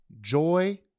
Joy